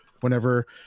whenever